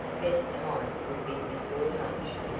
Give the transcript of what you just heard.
best time would be before lunch.